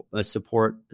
support